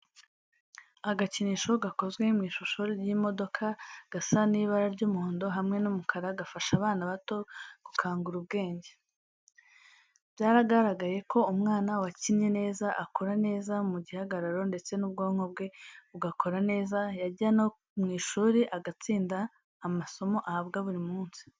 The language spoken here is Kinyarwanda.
Agakinisho gakozwe mu ishusho y'imodoka gasa n'ibara ry'umuhondo, hamwe n'umukara gafasha abana bato gukangura ubwenge. Byaragaragaye ko umwana wakinnye neza akura neza mu gihagararo ndetse n'ubwonko bwe bugakora neza, yajya no mu ishuri agatsinda amasomo ahabwa buri munsi.